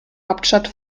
hauptstadt